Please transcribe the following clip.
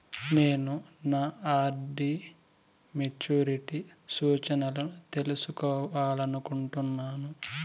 నేను నా RD maturity సూచనలను తెలుసుకోవాలనుకుంటున్నాను